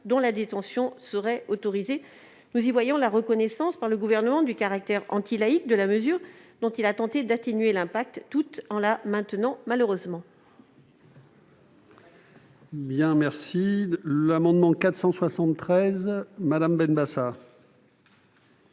dont la détention serait autorisée. Nous y voyons la reconnaissance par le Gouvernement du caractère anti-laïque de la mesure, dont il a tenté d'atténuer les effets, tout en le maintenant, malheureusement.